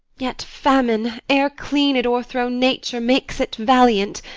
yet famine, ere clean it o'erthrow nature, makes it valiant.